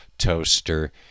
toaster